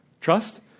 Trust